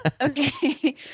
Okay